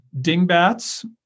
Dingbats